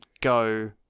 go